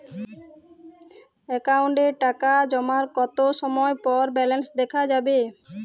অ্যাকাউন্টে টাকা জমার কতো সময় পর ব্যালেন্স দেখা যাবে?